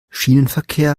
schienenverkehr